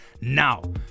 now